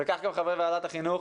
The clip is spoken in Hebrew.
וכך גם חברי ועדת החינוך,